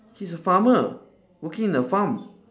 he's a farmer working in a farm